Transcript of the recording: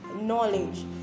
knowledge